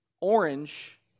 orange